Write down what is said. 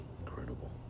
incredible